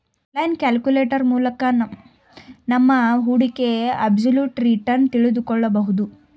online calculator ಮೂಲಕ ನಮ್ಮ ಹೂಡಿಕೆಯ ಅಬ್ಸಲ್ಯೂಟ್ ರಿಟರ್ನ್ ತಿಳಿದುಕೊಳ್ಳಬಹುದು